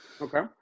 Okay